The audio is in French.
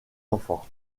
enfants